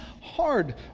hard